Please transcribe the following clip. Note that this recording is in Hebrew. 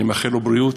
אני מאחל לו בריאות,